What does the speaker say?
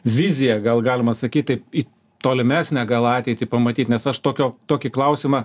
viziją gal galima sakyt taip į tolimesnę gal ateitį pamatyt nes aš tokio tokį klausimą